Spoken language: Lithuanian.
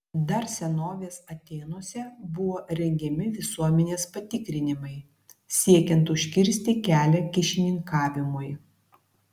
dar senovės atėnuose buvo rengiami visuomenės patikrinimai siekiant užkirsti kelią kyšininkavimui